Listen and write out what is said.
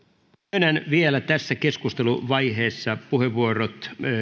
myönnän vielä tässä keskusteluvaiheessa puheenvuorot